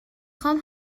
خوام